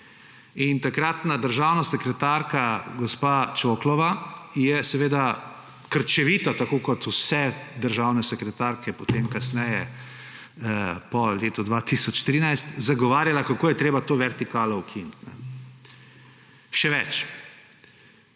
Takratna državna sekretarka gospa Čoklova je seveda krčevito, tako kot vse državne sekretarke potem po letu 2013, zagovarjala, kako je treba to vertikalo ukiniti. Še več,